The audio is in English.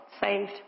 saved